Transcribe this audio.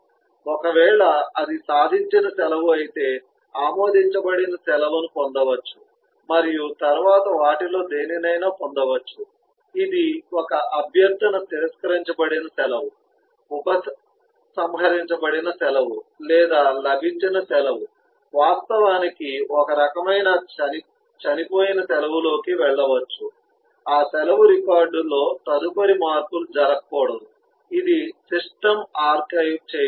ఒకవేళ అది సాధించిన సెలవు అయితే ఆమోదించబడిన సెలవును పొందవచ్చు మరియు తరువాత వీటిలో దేనినైనా పొందవచ్చు ఇది ఒక అభ్యర్థన తిరస్కరించబడిన సెలవు ఉపసంహరించబడిన సెలవు లేదా లభించిన సెలవు వాస్తవానికి ఒకరకమైన చనిపోయిన సెలవులోకి వెళ్ళవచ్చు ఆ సెలవు రికార్డ్ లో తదుపరి మార్పులు జరగకూడదు ఇది సిస్టమ్లో ఆర్కైవ్ చేయబడుతుంది